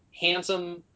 handsome